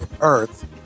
Earth